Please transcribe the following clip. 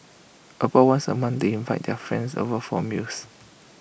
about once A month they invite their friends over for meals